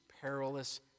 perilous